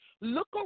Look